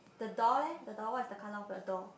the door leh the door what is the color of the door